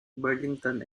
burlington